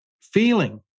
feeling